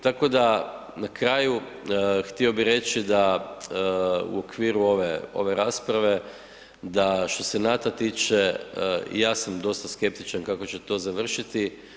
Tako da na kraju htio bi reći da u okviru ove rasprave da što se NATO-a tiče, ja sam dosta skeptičan kako će to završiti.